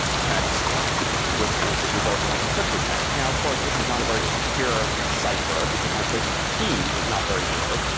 which is the resulting encrypted text. now, of course, this is not a very secure cipher because my choice of key was not very good.